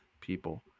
people